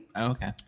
okay